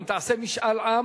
אם תעשה משאל עם,